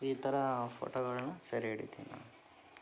ಈ ಥರ ಫೋಟೋಗಳನ್ನು ಸೆರೆಹಿಡಿತೀನಿ ನಾನು